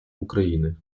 україни